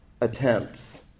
attempts